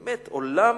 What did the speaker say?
באמת, עולם